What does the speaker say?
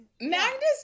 Magnus